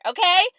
Okay